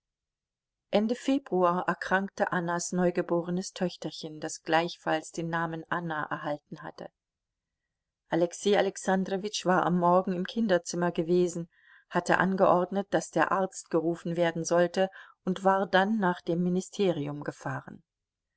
ende februar erkrankte annas neugeborenes töchterchen das gleichfalls den namen anna erhalten hatte alexei alexandrowitsch war am morgen im kinderzimmer gewesen hatte angeordnet daß der arzt gerufen werden sollte und war dann nach dem ministerium gefahren